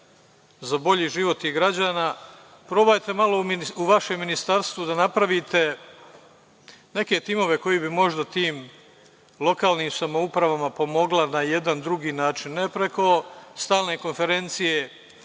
za bolji život građana, probajte malo u vašem Ministarstvu da napravite neke timove koji bi možda tim lokalnim samoupravama pomogla na jedan drugi način, ne preko stalne konferencije